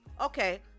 okay